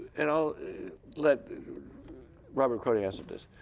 and i'll let robert kroning answer this.